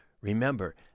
remember